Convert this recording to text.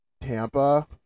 Tampa